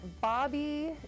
Bobby